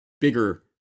bigger